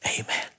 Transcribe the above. Amen